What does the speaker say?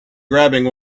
grabbing